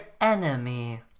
enemy